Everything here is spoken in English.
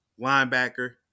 linebacker